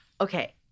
okay